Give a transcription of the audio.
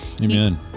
Amen